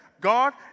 God